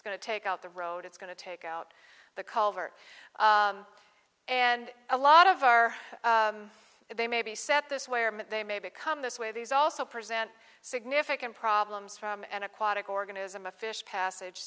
it's going to take out the road it's going to take out the culver and a lot of are they may be set this way or they may become this way these also present significant problems from an aquatic organism a fish passage